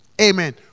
Amen